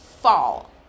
fall